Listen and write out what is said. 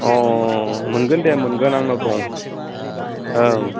अ मोनगोन दे मोनगोन आंनाव दं औ